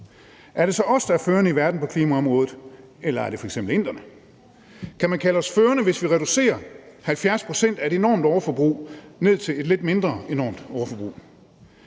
Er det så os, der er førende i verden på klimaområdet, eller er det f.eks. inderne? Kan man kalde os førende, hvis vi reducerer 70 pct. af et enormt overforbrug ned til et lidt mindre enormt overforbrug?